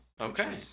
Okay